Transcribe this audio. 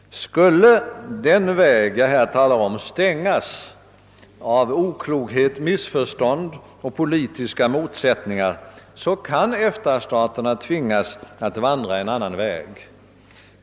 Skulle den väg jag här talar om stängas på grund av oklokhet, missförstånd och politiska motsättningar, så kan EFTA-staterna tvingas att vandra en annan väg.